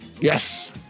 Yes